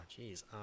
jeez